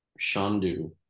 Shandu